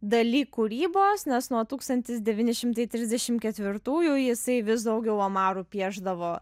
dali kūrybos nes nuo tūkstantis devyni šimtai trisdešim ketvirtųjų jisai vis daugiau omarų piešdavo